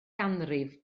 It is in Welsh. ganrif